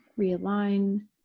realign